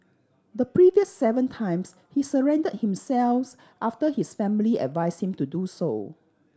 the previous seven times he surrendered himself's after his family advised him to do so